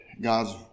God's